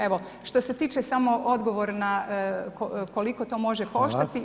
Evo što se tiče samo odgovor koliko to može koštati.